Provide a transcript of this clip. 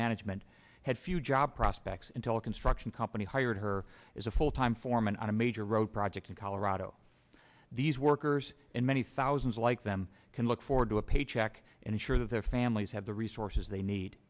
management had few job prospects in tell construction company hired her as a full time foreman on a major road project in colorado these workers and many thousands like them can look forward to a paycheck and ensure that their families have the resources they need